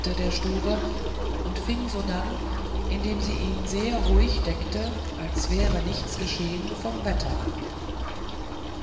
der stube und fing sodann indem sie ihn sehr ruhig deckte als wäre nichts geschehn vom wetter an